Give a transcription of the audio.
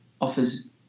offers